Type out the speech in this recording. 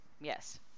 Yes